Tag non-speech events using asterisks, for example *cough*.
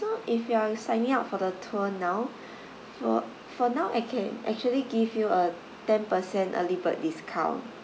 so if you are signing up for the tour now *breath* for for now I can actually give you a ten percent early bird discount